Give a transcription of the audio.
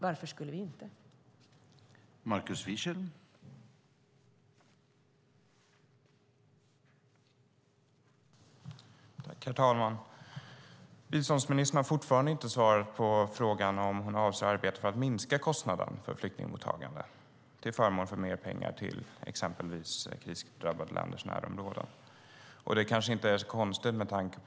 Varför skulle vi inte göra det?